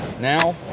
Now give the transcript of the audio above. now